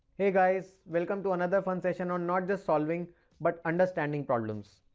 hey guys, welcome to another fun session on not just solving but understanding problems.